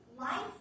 life